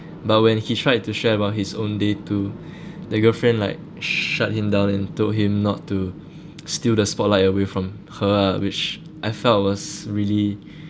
but when he tried to share about his own day too the girlfriend like shut him down and told him not to steal the spotlight away from her ah which I felt was really um it was really